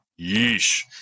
yeesh